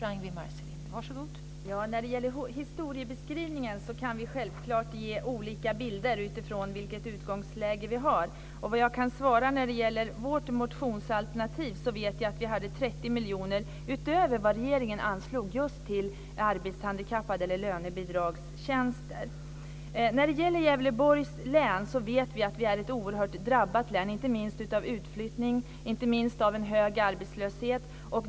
Fru talman! När det gäller historieskrivning kan vi självklart ge olika bilder utifrån vilket utgångsläge vi har. Angående vårt motionsalternativ vet jag att vi hade 30 miljoner utöver vad regeringen anslog just till arbetshandikappade eller lönebidragstjänster. Vi vet att Gävleborgs län är ett oerhört drabbat län, inte minst av utflyttning och en hög arbetslöshet.